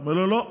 אומר לו: לא,